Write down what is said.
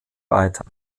weiter